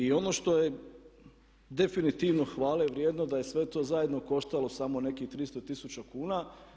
I ono što je definitivno hvale vrijedno da je sve to zajedno koštalo samo nekih 300 tisuća kuna.